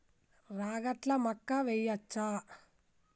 రాగట్ల మక్కా వెయ్యచ్చా?